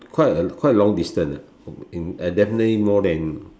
quite a quite long distance ah in definitely more than